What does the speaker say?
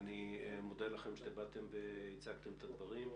אני מודה לכם שבאתם והצגתם את הדברים.